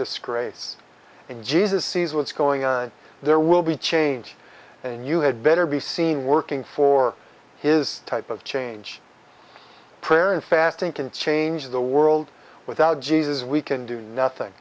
disgrace and jesus sees what's going on there will be change and you had better be seen working for his type of change prayer and fasting can change the world without jesus we can do nothing